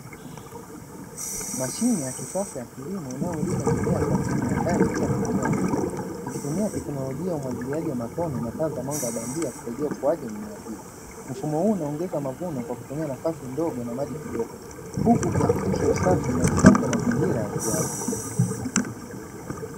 Mashine ya kisasa ya kilimo inayolima mimea kwa mfumo wa ndani bila kutuma udongo, ikitumia teknolojia ya umwagiliaji wa matone na taa za mwanga bandia kusaidia ukuaji wa mimea hii. Mfumo huu unaongeza mavuno kwa kutumia nafasi ndogo na maji kidogo huku ikihakikisha usafi na udhibiti wa mazingira ya ukuaji.